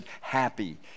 happy